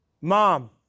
Mom